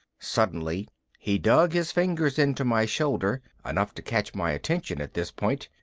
suddenly he dug his fingers into my shoulder, enough to catch my attention at this point,